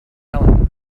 helen